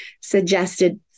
suggested